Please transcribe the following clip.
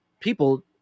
people